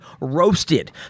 ROASTED